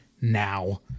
now